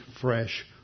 fresh